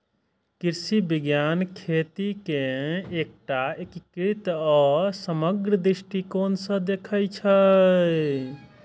कृषि विज्ञान खेती कें एकटा एकीकृत आ समग्र दृष्टिकोण सं देखै छै